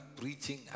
preaching